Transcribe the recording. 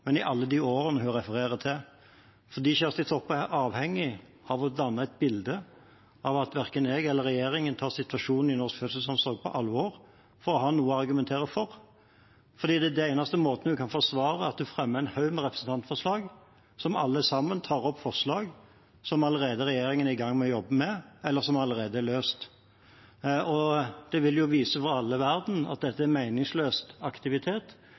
men i alle de årene hun refererer til. For Kjersti Toppe er avhengig av å danne et bilde av at verken jeg eller regjeringen tar situasjonen i norsk fødselsomsorg på alvor, for å ha noe å argumentere for. Det er fordi det er den eneste måten hun kan forsvare at hun fremmer en haug med representantforslag som alle sammen tar opp forslag som regjeringen allerede er i gang med å jobbe med, eller som allerede er løst. Det vil jo vise for alle i verden at dette er en meningsløs aktivitet